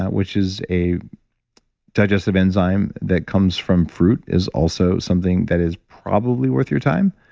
which is a digestive enzyme that comes from fruit, is also something that is probably worth your time.